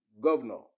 governor